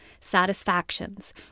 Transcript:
satisfactions